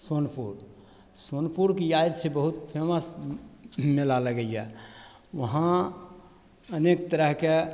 सोनपुर सोनपुरके याद छै बहुत फेमस मेला लागइए वहाँ अनेक तरहके